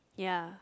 ya